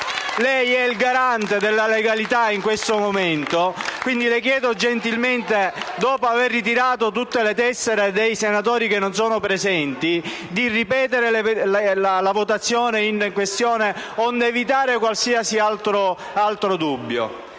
Lei è il garante della legalità in questo momento, quindi le chiedo gentilmente, dopo aver ritirato tutte le tessere dei senatori che non sono presenti, di ripetere la votazione in questione, onde fugare qualsiasi altro dubbio.